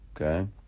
okay